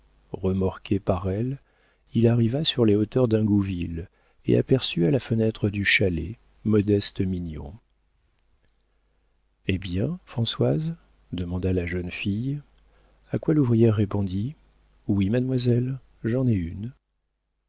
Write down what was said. remorqué par elle il arriva sur les hauteurs d'ingouville et aperçut à la fenêtre du chalet modeste mignon eh bien françoise demanda la jeune fille a quoi l'ouvrière répondit oui mademoiselle j'en ai une